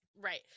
Right